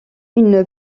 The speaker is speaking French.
une